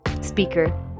speaker